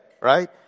right